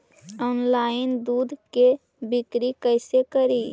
Online दुध के बिक्री कैसे करि?